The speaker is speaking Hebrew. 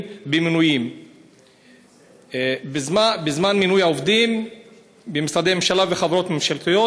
במינויים בזמן מינוי העובדים במשרדי ממשלה וחברות ממשלתיות.